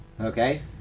okay